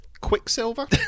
Quicksilver